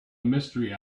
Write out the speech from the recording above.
mystery